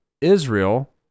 Israel